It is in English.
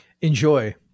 Enjoy